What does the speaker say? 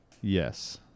Yes